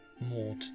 more